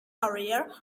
career